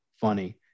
funny